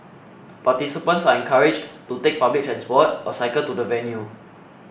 participants are encouraged to take public transport or cycle to the venue